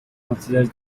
considers